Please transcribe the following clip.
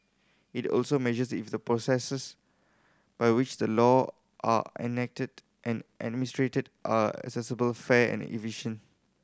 it also measures if the processes by which the law are enacted and administered are accessible fair and efficient